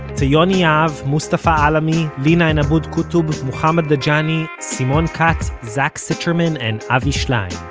to yoni yahav, mustafa alami, lina and abood qutob, mohammad dajani, simone katz, zach sicherman and avi shlaim.